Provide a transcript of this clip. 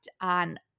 on